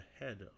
ahead